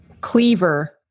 Cleaver